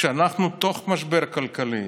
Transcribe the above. כשאנחנו במשבר כלכלי,